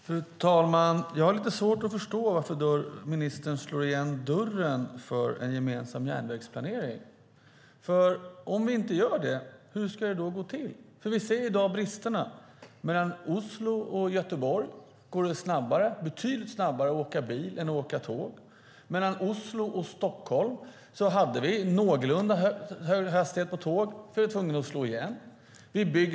Fru talman! Jag har lite svårt att förstå varför ministern slår igen dörren för en gemensam järnvägsplanering. Om vi inte gör det, hur ska det då gå till? Vi ser i dag bristerna. Mellan Oslo och Göteborg går det betydligt snabbare att åka bil än att åka tåg. Mellan Oslo och Stockholm hade vi en någorlunda hög hastighet på tåg. Där blev vi tvungna att slå igen.